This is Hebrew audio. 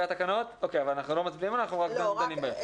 אנחנו לא מצביעים עליהן, אנחנו רק דנים בהן.